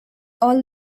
all